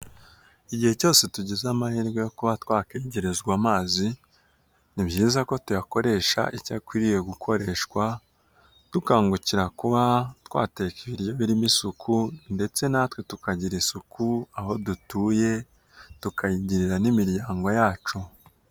Igihe cyose tugize amahirwe yo kuba twakegerezwa amazi ni byiza ko tuyakoresha icyakwiriye gukoreshwa dukangukira kuba twateka ibiryo birimo isuku ndetse natwe tukagira isuku aho dutuye tukayigirira n'imiryango yacu.